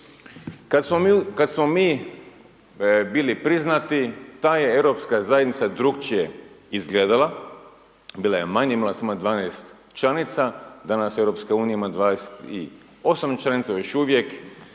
Kad smo mi bili priznati ta je europska zajednica drukčije izgledala, bila je manja imala je samo 12 članica, danas u EU ima 28 članica još uvijek,